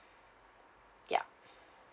yup